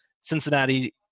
Cincinnati